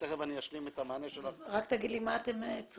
ותיכף אשלים את המענה של ה --- אז רק תגיד לי מה אתם צריכים.